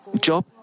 Job